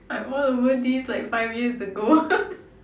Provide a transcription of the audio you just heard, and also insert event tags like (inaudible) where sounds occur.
I'm all over this like five years ago (laughs)